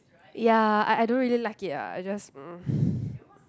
ya I I don't really like it ah I just